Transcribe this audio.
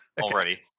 already